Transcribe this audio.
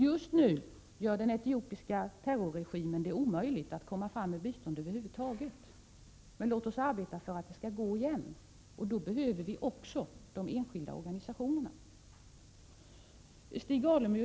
Just nu gör den etiopiska terrorregimen det omöjligt att komma fram med bistånd över huvud taget. Men låt oss arbeta för att det skall gå igen, och då behöver vi också de enskilda organisationerna.